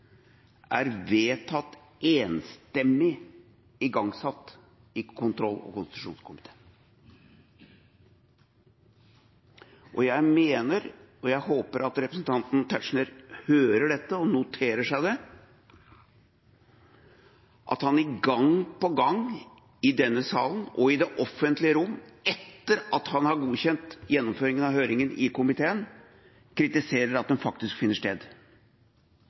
er vedtatt igangsatt enstemmig i kontroll- og konstitusjonskomiteen. Og jeg mener – og jeg håper at representanten Tetzschner hører dette og noterer seg det – at han gang på gang i denne salen og i det offentlige rom, etter at han har godkjent gjennomføringen av høringen i komiteen, kritiserer at den faktisk finner sted.